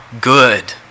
good